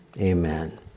amen